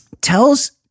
tells